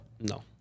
No